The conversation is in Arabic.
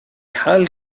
حال